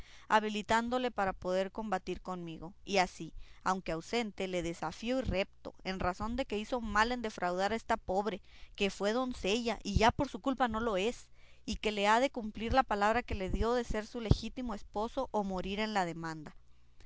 habilitándole para poder combatir conmigo y así aunque ausente le desafío y repto en razón de que hizo mal en defraudar a esta pobre que fue doncella y ya por su culpa no lo es y que le ha de cumplir la palabra que le dio de ser su legítimo esposo o morir en la demanda